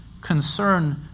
concern